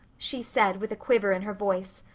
she said, with a quiver in her voice.